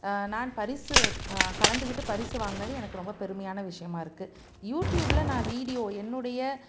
நான் பரிசு கலந்துக்கிட்டு பரிசு வாங்கினது எனக்கு ரொம்ப பெருமையான விஷயமா இருக்குது யூடியூபில் நான் வீடியோ என்னுடைய